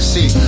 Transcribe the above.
See